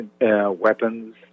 weapons